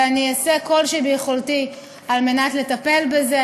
ואני אעשה כל שביכולתי על מנת לטפל בזה.